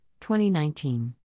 2019